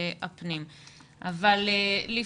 שמעת?